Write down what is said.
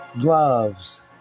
gloves